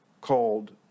called